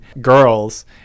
girls